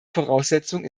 voraussetzung